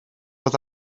oedd